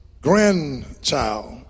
grandchild